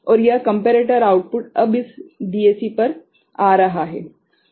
और यह comparator output अब इस DAC पर वापस आ रहा है